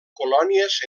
colònies